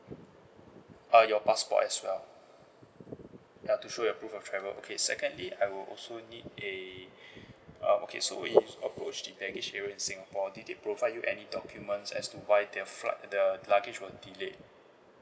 uh your passport as well ya to show your proof of travel okay secondly I would also need a uh okay so we use approach the baggage area in singapore did they provide you any documents as to why their flight the luggage were delayed